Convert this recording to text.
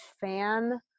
fan